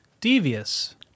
Devious